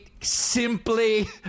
simply